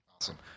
Awesome